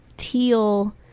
teal